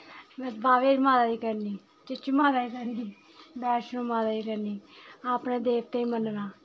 में बाह्वे माता दी करनी चीची माता दी करनी बैश्नो माता दी करनी अपने देवतें गी मन्नना